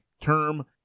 term